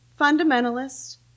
fundamentalist